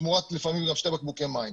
תמורת לפעמים גם שני בקבוקי מים.